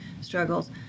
struggles